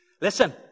Listen